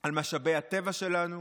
על משאבי הטבע שלנו.